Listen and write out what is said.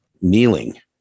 kneeling